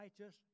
righteous